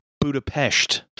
Budapest